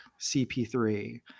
CP3